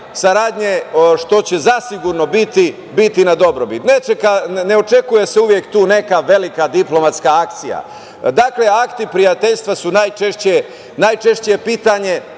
saradnje, što će zasigurno biti na dobrobit. Ne očekuje se uvek tu neka velika diplomatska akcija. Dakle, akti prijateljstva su najčešće pitanje